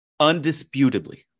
undisputably